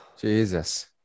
Jesus